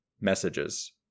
messages